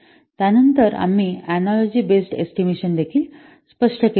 त्यानंतर आम्ही analogy based estimation देखील स्पष्ट केले आहे